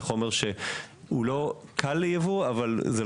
זה חומר שלא קל ליבוא, אבל לא